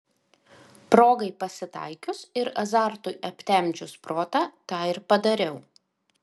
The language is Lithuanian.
progai pasitaikius ir azartui aptemdžius protą tą ir padariau